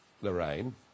Lorraine